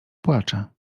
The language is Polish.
płacze